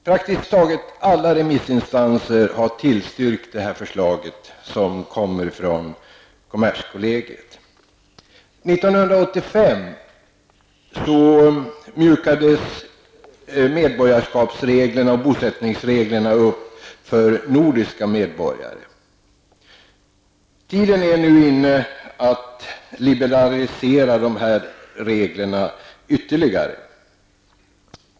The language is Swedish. Praktiskt taget alla remissinstanser har tillstyrkt det förslag som kommer från kommerskollegium. 1985 Tiden är nu inne att liberalisera dessa regler ytterligare.